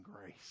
grace